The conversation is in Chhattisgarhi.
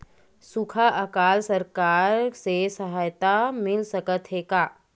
सुखा अकाल सरकार से सहायता मिल सकथे का?